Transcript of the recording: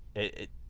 it,